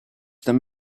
them